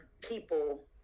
people